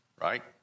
right